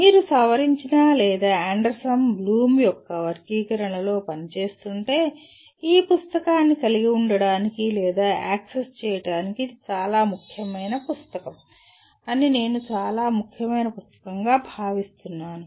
మీరు సవరించిన లేదా అండర్సన్ బ్లూమ్ యొక్క వర్గీకరణలో పనిచేస్తుంటే ఈ పుస్తకాన్ని కలిగి ఉండటానికి లేదా యాక్సెస్ చేయడానికి ఇది చాలా ముఖ్యమైన పుస్తకం అని నేను చాలా ముఖ్యమైన పుస్తకంగా భావిస్తున్నాను